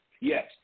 Yes